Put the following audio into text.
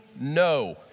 no